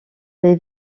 les